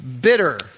Bitter